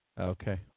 Okay